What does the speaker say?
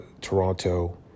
Toronto